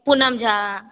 Poonam Jha